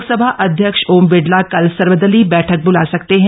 लोकसभा अध्यक्ष ओम बिड़ला कल सर्वदलीय बैठक बुला सकते हैं